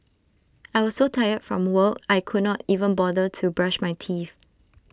I was so tired from work I could not even bother to brush my teeth